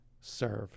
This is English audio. serve